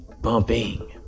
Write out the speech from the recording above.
bumping